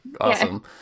awesome